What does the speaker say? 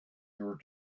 your